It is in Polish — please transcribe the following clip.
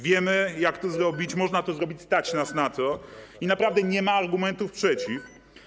Wiemy, jak to zrobić, można to zrobić, stać nas na to i naprawdę nie ma argumentów przeciw.